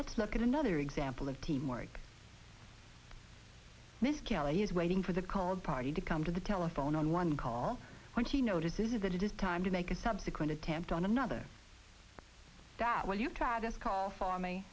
let's look at another example of teamwork this scale is waiting for the called party to come to the telephone on one call when she notices that it is time to make a subsequent attempt on another that when you try this call for me